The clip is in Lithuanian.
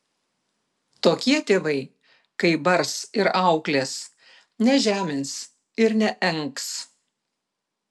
tokie tėvai kai bars ir auklės nežemins ir neengs